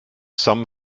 some